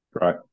Right